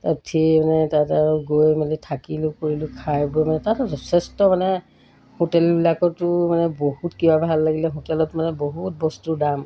তাত উঠি মানে তাত আৰু গৈ মেলি থাকিলোঁ কৰিলোঁ খাই বৈ মানে তাতো যথেষ্ট মানে হোটেলবিলাকতো মানে বহুত কিবা ভাল লাগিলে হোটেলত মানে বহুত বস্তুৰ দাম